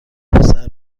پسر